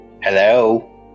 Hello